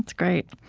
great.